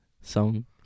song